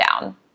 down